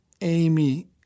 Amy